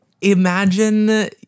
Imagine